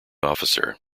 officer